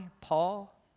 Paul